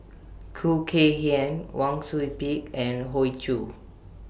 Khoo Kay Hian Wang Sui Pick and Hoey Choo